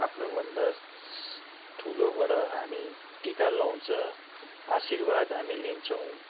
आफ्नो भन्दा स ठुलोबडा हामी टिका लाउँछ आशीर्वाद हामी लिन्छौँ